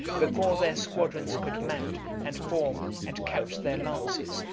before their squadrons could mount, and form, and couch their lances,